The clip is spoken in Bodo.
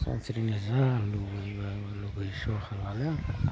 सानस्रिनो जा लुगैब्लाबो लुगैस' हालालै आं